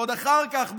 ועוד אחר כך,